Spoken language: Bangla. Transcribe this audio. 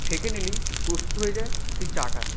ছেঁকে নিলেই প্রস্তুত হয়ে যায় সেই চাটা